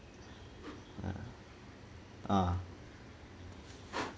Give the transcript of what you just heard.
ah